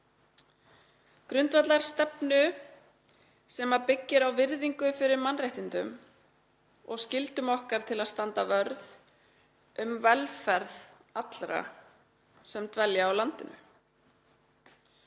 þjóðarinnar sem byggir á virðingu fyrir mannréttindum og skyldu okkar til að standa vörð um velferð allra sem dvelja á landinu.“